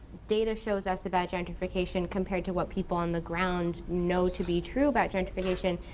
data shows us about gentrification compared to what people on the ground know to be true about gentrification,